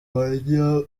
barya